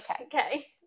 okay